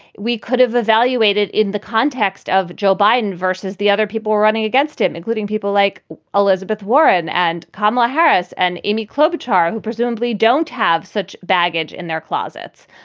we could have evaluated in the context of joe biden versus the other people running against him, including people like elizabeth warren and kamala harris and amy klobuchar, who presumably don't have such baggage in their closets,